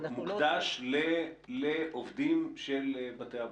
מוקש לעובדים של בתי האבות.